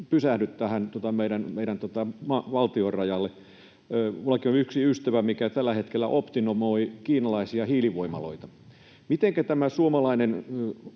pysähdy tähän meidän valtionrajalle. Minullakin on yksi ystävä, joka tällä hetkellä optimoi kiinalaisia hiilivoimaloita. Mitenkä tämä suomalainen